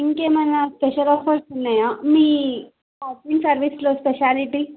ఇంకేమైనా special offers ఉన్నాయా మీ కేటరింగ్ సర్వీస్లో స్పెషాలిటీ